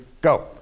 Go